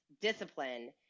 discipline